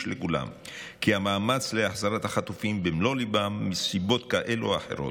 לכולם כי המאמץ להחזרת החטופים במלוא ליבם מסיבות כאלו או אחרות,